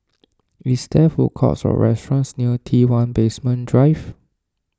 is there food courts or restaurants near T one Basement Drive